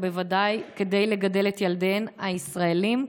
ובוודאי כדי לגדל את ילדיהן הישראלים,